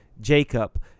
Jacob